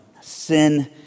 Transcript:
sin